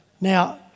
Now